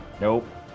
Nope